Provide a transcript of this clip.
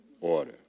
order